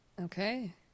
Okay